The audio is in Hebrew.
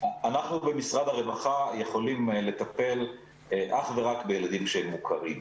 אנחנו במשרד הרווחה יכולים לטפל אך ורק בילדים שהם מוכרים.